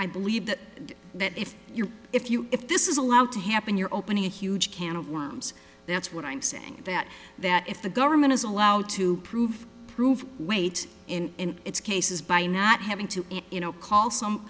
i believe that that if you're if you if this is allowed to happen you're opening a huge can of worms that's what i'm saying that that if the government is allowed to prove prove weight and its cases by not having to